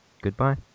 Goodbye